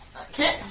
Okay